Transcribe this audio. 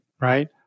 right